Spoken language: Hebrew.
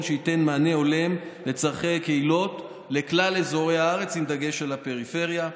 שייתן מענה הולם לצורכי הקהילות בכלל אזורי הארץ עם דגש על הפריפריה.